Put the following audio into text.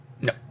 No